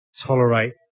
tolerate